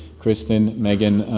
kristin, megan.